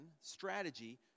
strategy